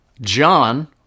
John